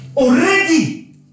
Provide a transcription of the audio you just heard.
Already